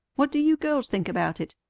what do you girls think about it?